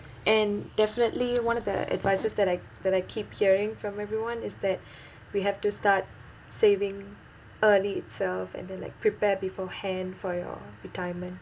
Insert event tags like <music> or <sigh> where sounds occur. and definitely one of the advices that I that I keep hearing from everyone is that <breath> we have to start saving early itself and then like prepare beforehand for your retirement